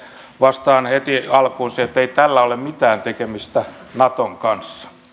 vastaan heti alkuun että ei tällä ole mitään tekemistä naton kanssa